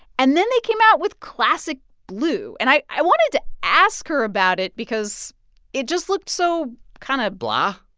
and then they came out with classic blue. and i i wanted to ask her about it because it just looked so kind of. blah?